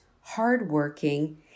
hardworking